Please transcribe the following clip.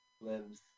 lives